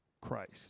Christ